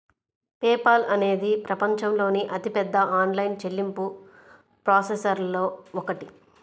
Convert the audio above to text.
pay Paul అనేది ప్రపంచంలోని అతిపెద్ద ఆన్లైన్ చెల్లింపు ప్రాసెసర్లలో ఒకటి